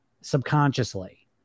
subconsciously